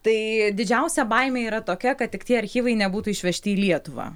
tai didžiausia baimė yra tokia kad tik tie archyvai nebūtų išvežti į lietuvą